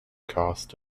cost